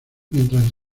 mientras